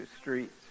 streets